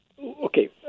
Okay